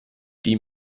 die